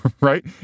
right